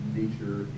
nature